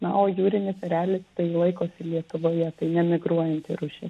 na o jūrinis erelis tai laikosi lietuvoje tai nemigruojanti rūšis